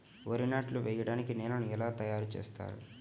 వరి నాట్లు వేయటానికి నేలను ఎలా తయారు చేస్తారు?